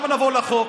עכשיו נעבור לחוק.